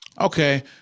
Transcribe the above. Okay